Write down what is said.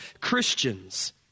Christians